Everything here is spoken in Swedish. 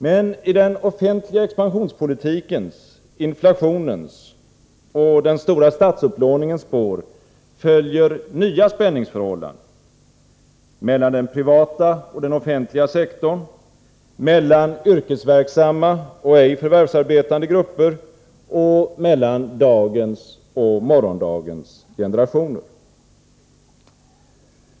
Men i den offentliga expansionspolitikens, inflationens och den stora statsupplåningens spår följer nya spänningsförhållanden: mellan den privata och den offentliga sektorn, mellan yrkesverksamma och ej förvärvsarbetande grupper och mellan dagens och morgondagens generationer.